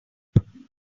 gentlemen